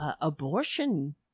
Abortion